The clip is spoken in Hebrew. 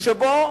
ששר